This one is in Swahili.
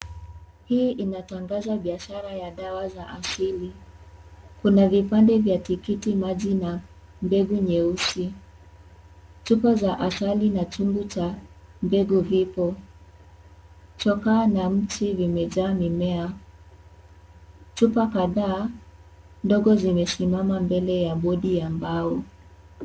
Hii inatangaza biashara ya dawa za asili kuna vipande vya tikiti maji na mbegu nyeusi. Chupa za asali na chungu cha mbegu vipo . Chokaa na mchi zimejaa mimea . Chupa kadhaa ndogo zimesimama mbele ya bodi ya mbao.